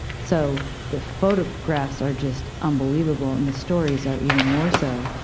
so the photographs are just unbelievable, and the stories are even more so.